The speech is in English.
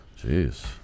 Jeez